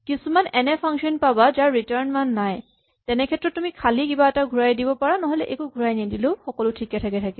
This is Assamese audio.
কিছুমান এনে ফাংচন পাবা যাৰ ৰিটাৰ্ন মান নাই তেনেক্ষেত্ৰত তুমি খালী কিবা এটা ঘূৰাই দিব পাৰা নহ'লে একো ঘূৰাই নিদিলেও সকলো ঠিকে ঠাকে হৈ থাকিব